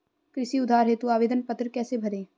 कृषि उधार हेतु आवेदन पत्र कैसे भरें?